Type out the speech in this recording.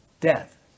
death